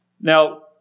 Now